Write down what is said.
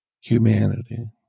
humanity